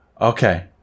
Okay